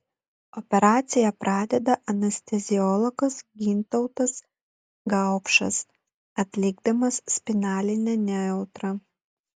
operaciją pradeda anesteziologas gintautas gaupšas atlikdamas spinalinę nejautrą